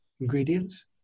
ingredients